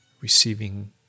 receiving